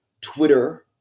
Twitter